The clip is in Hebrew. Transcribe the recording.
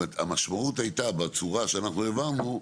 המשמעות הייתה בצורה שאנחנו העברנו,